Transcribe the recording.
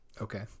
Okay